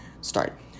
start